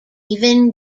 even